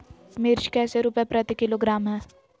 मिर्च कैसे रुपए प्रति किलोग्राम है?